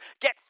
get